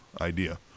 idea